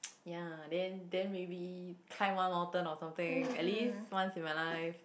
ya then then maybe climb one mountain or something at least once in my life